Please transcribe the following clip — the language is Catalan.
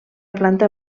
planta